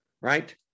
right